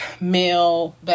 male